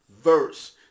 verse